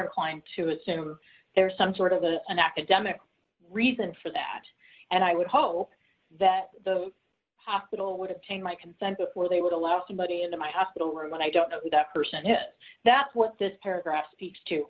inclined to assume there's some sort of the an academic reason for that and i would hope that the hospital would take my consent or they would allow somebody into my hospital room and i don't know who that person is that what this paragraph speaks to